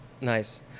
Nice